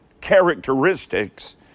characteristics